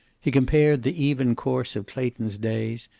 he compared the even course of clayton's days,